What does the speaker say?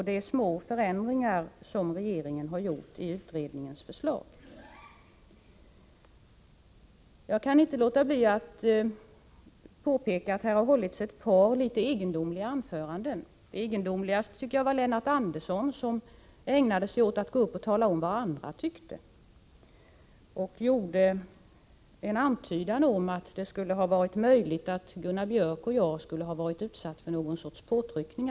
De förändringar i utredningens förslag som regeringen gjort är små. Jag kan inte låta bli att påpeka att här hållits ett par litet egendomliga anföranden. Mest egendomligt tycker jag att det anförande var som Lennart Andersson höll. Han ägnade sig åt att tala om vad andra tyckte. Han gjorde en antydan om att det skulle ha varit möjligt att Gunnar Biörck i Värmdö och jag skulle ha utsatts för någon sorts påtryckning.